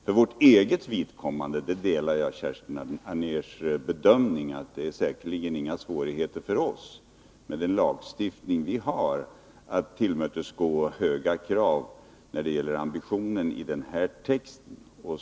För vårt eget vidkommande delar jag Kerstin Anérs bedömning att det verkligen inte är några svårigheter för oss, med den lagstiftning vi har, att tillmötesgå höga krav när det gäller ambitionen i texten.